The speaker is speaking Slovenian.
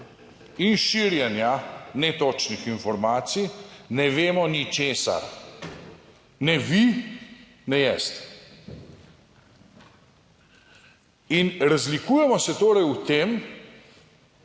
in širjenja netočnih informacij, ne vemo ničesar ne vi ne jaz. In razlikujemo se torej v tem